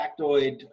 factoid